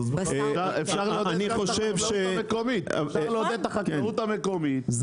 אפשר לעודד גם את החקלאות המקומית,